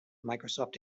microsoft